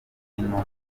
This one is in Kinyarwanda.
y’intumwa